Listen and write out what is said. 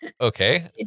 Okay